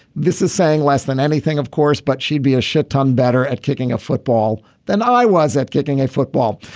this is saying less than anything of course but she'd be a shit ton better at kicking a football than i was at getting a football.